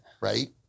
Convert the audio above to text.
right